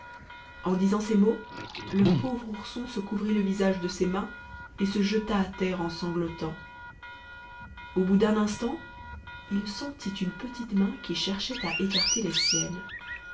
en disant ces mots le pauvre ourson se couvrit le visage de ses mains et se jeta à terre en sanglotant au bout d'un instant il sentit une petite main qui cherchait à écarter les siennes